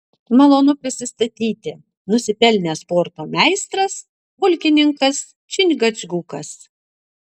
malonu prisistatyti nusipelnęs sporto meistras pulkininkas čingačgukas